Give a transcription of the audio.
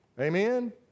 Amen